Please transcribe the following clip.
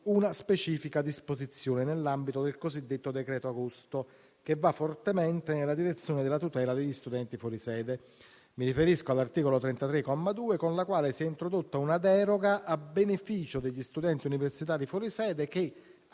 una specifica disposizione nell'ambito del cosiddetto decreto agosto, che va fortemente nella direzione della tutela degli studenti fuori sede. Mi riferisco all'articolo 33, comma 2, con cui si è introdotta una deroga a beneficio degli studenti universitari fuori sede che,